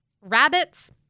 Rabbits